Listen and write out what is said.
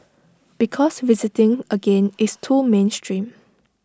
because visiting again is too mainstream